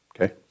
Okay